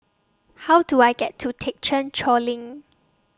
How Do I get to Thekchen Choling